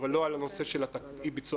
אבל לא על הנושא של אי ביצוע